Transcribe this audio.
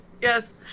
Yes